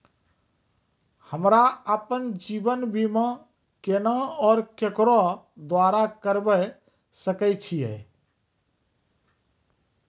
हमरा आपन जीवन बीमा केना और केकरो द्वारा करबै सकै छिये?